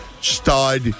Stud